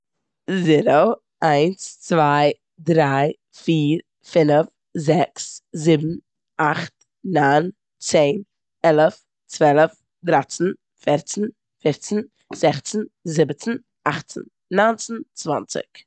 זערא, איינס, צוויי, דריי, פיר, פינף, זעקס, זיבן, אכט ניין, צען, עלף, צוועלף, דרייצן, פערצן, פופצן, זעכצן, זיבעצן, אכצטן, נייצטן, צוואנציג.